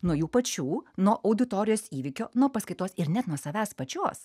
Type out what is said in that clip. nuo jų pačių nuo auditorijos įvykio nuo paskaitos ir net nuo savęs pačios